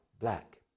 Black